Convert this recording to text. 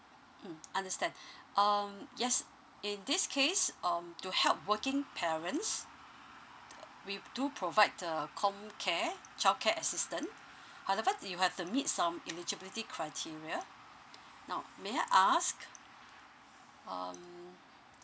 mm understand um yes in this case um to help working parents uh we do provide err com care childcare assistant however you have to meet some eligibility criteria now may I ask um